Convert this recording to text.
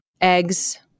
eggs